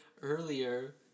earlier